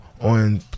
on